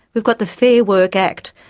we've got the fair work act.